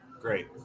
Great